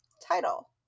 title